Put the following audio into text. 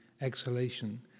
exhalation